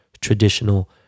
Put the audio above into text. traditional